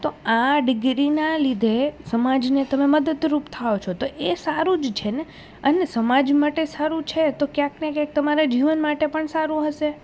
તો આ ડિગ્રીના લીધે સમાજને તમે મદદરૂપ થાઓ છો તો એ સારું જ છેને અને સમાજ માટે સારું છે તો ક્યાંકને ક્યાંક તમારા જીવન માટે પણ સારું હશે